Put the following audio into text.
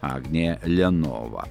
agnė lenova